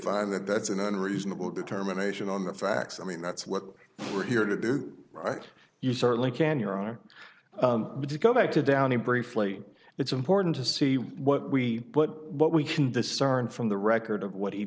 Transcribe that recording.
find that that's an unreasonable determination on the facts i mean that's what we're here to do right you certainly can your own but you go back to downey briefly it's important to see what we put what we can discern from the record of what he